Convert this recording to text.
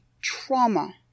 trauma